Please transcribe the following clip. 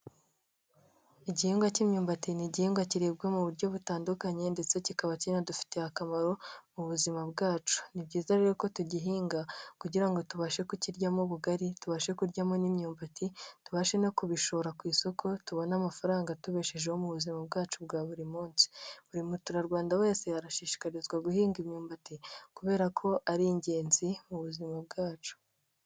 Igihingwa cy'imyumbati, ni igihingwa kiribwa mu buryo butandukanye ndetse kikaba kinanadufitiye akamaro mu buzima bwacu. Ni byiza rero ko tugihinga, kugira ngo tubashe kukiryamo ubugari, tubashe kuryamo n'imyumbati, tubashe no kubishora ku isoko tubone amafaranga atubeshejeho mu buzima bwacu bwa buri munsi. Buri mutura rwanda wese arashishikarizwa guhinga imyumbati, kubera ko ari ingenzi mu buzima bwacu.